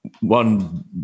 one